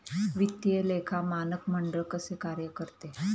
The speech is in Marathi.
वित्तीय लेखा मानक मंडळ कसे कार्य करते?